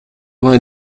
vingt